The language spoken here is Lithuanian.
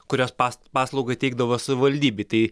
kurios past pašto paslaugą teikdavo savivaldybėj tai